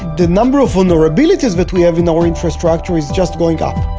the number of vulnerabilities that we have in our infrastructure is just going up